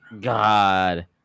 God